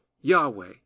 Yahweh